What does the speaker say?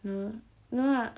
no no lah